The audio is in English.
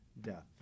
death